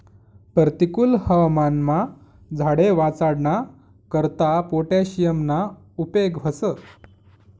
परतिकुल हवामानमा झाडे वाचाडाना करता पोटॅशियमना उपेग व्हस